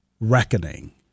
reckoning